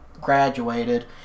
graduated